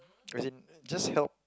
as in just help